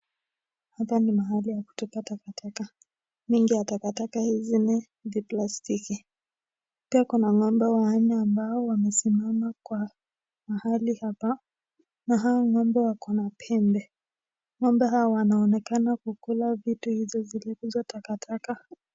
Hapa ni mahali ya kutupa takataka ,wingi wa takataka hizi ni viplastiki pia ,kuna ng'ombe wanne ambao wamesimama kwa mahali hapa na hao ng'ombe wako na pembe , ng'ombe hao wanaonekana kukula vitu hizo zilizo takataka.